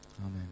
Amen